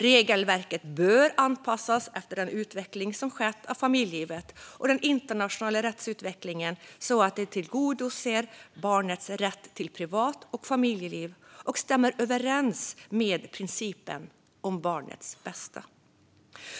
Regelverket bör anpassas efter den utveckling som skett av familjelivet och den internationella rättsutvecklingen så att det tillgodoser barnets rätt till privat och familjeliv och stämmer överens med principen om barnets bästa.